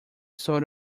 sort